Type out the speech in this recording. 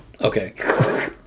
Okay